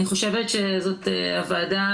אני חושבת שזאת הועדה,